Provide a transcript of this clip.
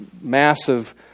massive